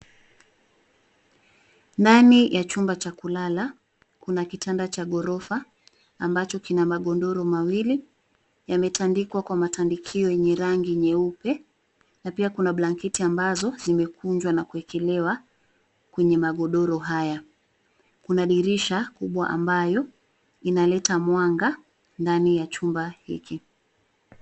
Ndani ya chumba cha kulala, kuna kitanda cha ghorofa ambacho kina magodoro mawili. Yametandikwa kwa matandikio yenye rangi nyeupe na pia kuna blanketi ambazo zimekunjwa na kuekelewa kwenye magodoro haya. Kuna dirisha kubwa ambayo inaleta mwanga ndani ya chumba hiki.